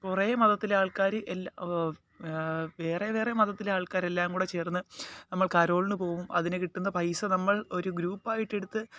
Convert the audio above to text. കുറേ മതത്തിലെ ആൾക്കാര് എല്ലാ വേറെ വേറെ മതത്തിലെ ആൾക്കാര് എല്ലാംകൂടെ ചേർന്ന് നമ്മൾ കരോളിന് പോകും അതിന് കിട്ടുന്ന പൈസ നമ്മൾ ഒരു ഗ്രൂപ്പായിട്ടെടുത്ത്